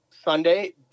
Sunday